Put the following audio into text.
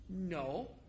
No